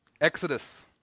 Exodus